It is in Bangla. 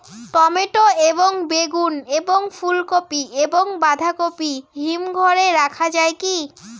টমেটো এবং বেগুন এবং ফুলকপি এবং বাঁধাকপি হিমঘরে রাখা যায় কি?